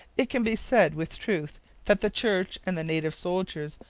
it can be said with truth that the church and the native soldiers,